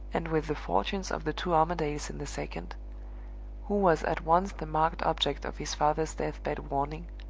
and with the fortunes of the two armadales in the second who was at once the marked object of his father's death-bed warning,